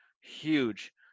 huge